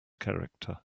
character